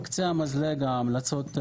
על קצה המזלג ההמלצות שלנו.